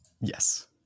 Yes